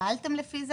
פעלתם לפי זה?